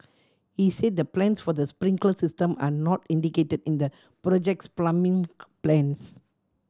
he said the plans for the sprinkler system are not indicated in the project's plumbing plans